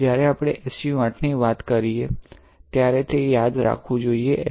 જ્યારે આપણે SU 8 ની વાત કરીએ ત્યારે તે યાદ રાખવું જોઈએ